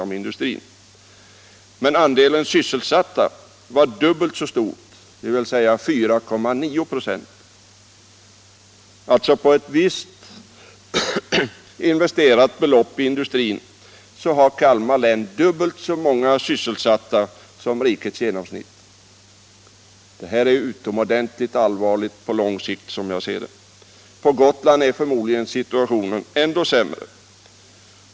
Men andelen sysselsatta var dubbelt så stor, dvs. 4,9 96. På ett visst investerat belopp i industrin har Kalmar län alltså dubbelt så många sysselsatta som rikets genomsnitt. Detta är utomordentligt allvarligt på lång sikt, som jag ser det. På Gotland är förmodligen situationen ännu värre.